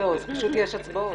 פשוט יש הצבעות.